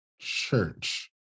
church